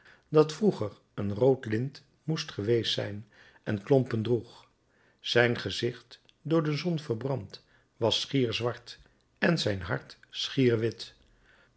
dat vroeger een rood lint moest geweest zijn en klompen droeg zijn gezicht door de zon verbrand was schier zwart en zijn hart schier wit